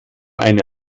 eine